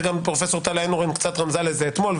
אני חושב שגם פרופ' טלי איינהורן רמזה לזה אתמול,